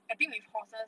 I think if horses